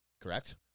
correct